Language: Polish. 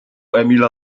emila